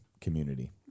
community